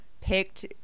picked